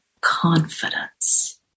confidence